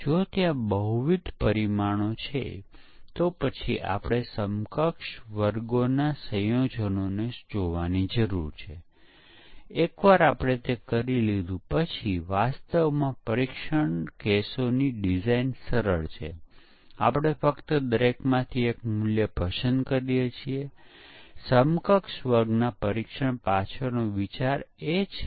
તેથી બીજા શબ્દોમાં આપણે કહી શકીએ કે વેરિફિકેશનઆપણે તેને યોગ્ય રીતે વિકસાવી રહ્યા છીએ કે નહીં તેની સાથે સંબંધિત છે અને વેલીડેશન એ આપણે ઉત્પાદન યોગ્ય રીતે વિકસિત કર્યું છે કે કેમ તેની તપાસ સાથે સંબંધિત છે